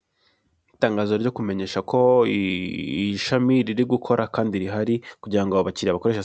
Itangazo ryo kumenyesha ko ishami riri gukora kandi rihari kugira ngo abakiriya bakoresha.